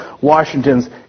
Washington's